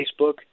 Facebook